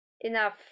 enough